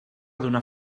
una